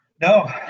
No